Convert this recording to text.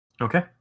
Okay